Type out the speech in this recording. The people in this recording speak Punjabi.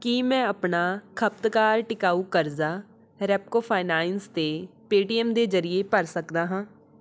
ਕੀ ਮੈਂ ਆਪਣਾ ਖਪਤਕਾਰ ਟਿਕਾਊ ਕਰਜ਼ਾ ਰੈਪਕੋ ਫਾਈਨੈਂਸ 'ਤੇ ਪੇਟੀਐੱਮ ਦੇ ਜ਼ਰੀਏ ਭਰ ਸਕਦਾ ਹਾਂ